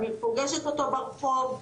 אני פוגשת אותו ברחוב.